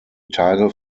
tage